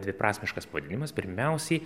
dviprasmiškas pavadinimas pirmiausiai